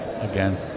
Again